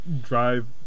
drive